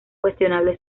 cuestionable